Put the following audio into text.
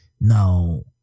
Now